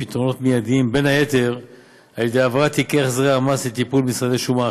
מילדה שהייתה בת שלוש כשהאימא גילתה שהיא נפגעת עד חיילת שנפגעה בצבא.